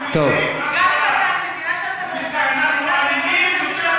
גם לו אני אומר: